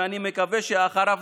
ואני מקווה שאחריו,